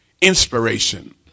inspiration